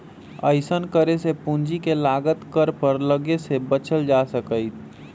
अइसन्न करे से पूंजी के लागत पर कर लग्गे से बच्चल जा सकइय